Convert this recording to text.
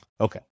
Okay